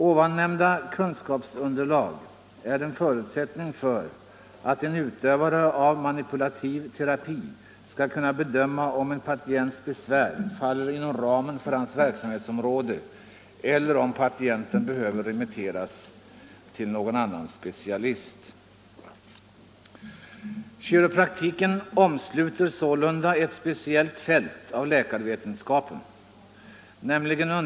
Här nämnda kunskapsunderlag är förutsättning för att en utövare av manipulativ terapi skall kunna bedöma om en patients besvär faller inom ramen för hans verksamhetsområde eller om patienten behöver remitteras till någon annan specialist.